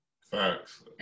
Facts